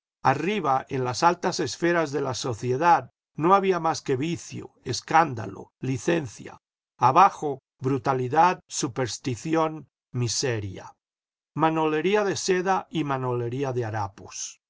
arriba en las alta esferas de la sociedad no había más que vicio escándalo licencia abajo brutalidad superstición miseria manolería de seda y manolería de harapos